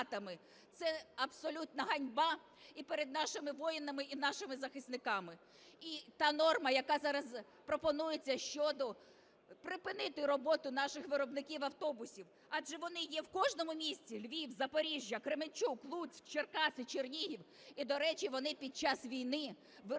Це абсолютна ганьба і перед нашими воїнами, і нашими захисниками. І та норма, яка зараз пропонується щодо припинити роботу наших виробників автобусів, адже вони є в кожному місті: Львів, Запоріжжя, Кременчук, Луцьк, Черкаси, Чернігів. І, до речі, вони під час війни виробляють